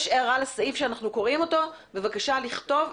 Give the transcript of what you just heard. יש הערה לסעיף שאנו קוראים אותו - בבקשה לכתוב,